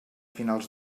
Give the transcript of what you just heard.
finals